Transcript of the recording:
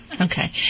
okay